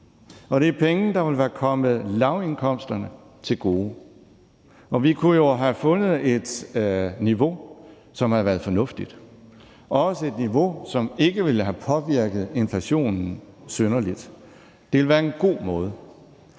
Og det er penge, der ville være kommet lavindkomsterne til gode. Og vi kunne jo have fundet et niveau, som havde været fornuftigt – også et niveau, som ikke ville have påvirket inflationen synderligt. Det ville være en god måde